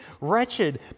wretched